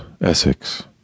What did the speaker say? Essex